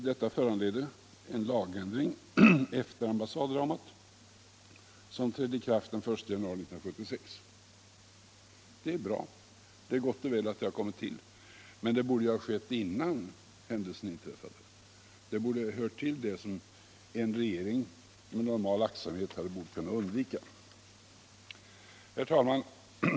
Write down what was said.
Detta föranledde efter ambassaddramat en lagändring, som trädde i kraft den 1 januari 1976. Det är gott och väl att den kom till, men den borde ha skett innan händelsen inträffade. Detta hör till det som en regering med normal aktsamhet borde ha kunnat undvika.